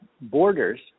borders